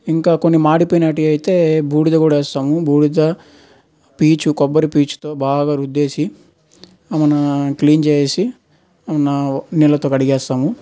ఇంకా కొన్ని మాడిపోయినవి అయితే బూడిద కూడా వేస్తాము బూడిద పీచు కొబ్బరి పీచుతో బాగా రుద్దేసి ఏమైనా క్లీన్ చేసేసి ఏమైనా నీళ్ళతో కడిగేస్తాము